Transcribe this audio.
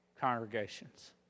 congregations